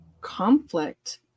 conflict